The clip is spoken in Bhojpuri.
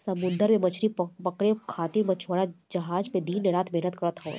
समुंदर में मछरी पकड़े खातिर मछुआरा जहाज पे दिन रात मेहनत करत हवन